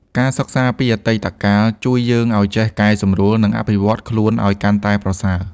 ការសិក្សាពីអតីតកាលជួយយើងឱ្យចេះកែសម្រួល និងអភិវឌ្ឍន៍ខ្លួនឱ្យកាន់តែប្រសើរ។